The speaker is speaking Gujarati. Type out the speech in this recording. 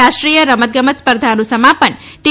રાષ્ટ્રીય રમતગમત સ્પર્ધાનું સમાપન ટી